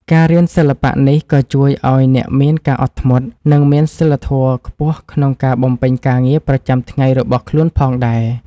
ការរៀនសិល្បៈនេះក៏ជួយឱ្យអ្នកមានការអត់ធ្មត់ និងមានសីលធម៌ខ្ពស់ក្នុងការបំពេញការងារប្រចាំថ្ងៃរបស់ខ្លួនផងដែរ។